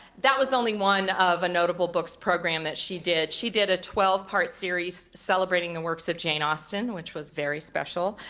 that was only one of a notable book's program that she did. she did a twelve part series celebrating the works of jane austen, which was very special.